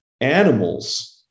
animals